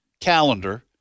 calendar